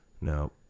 No